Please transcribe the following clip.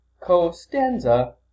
Costanza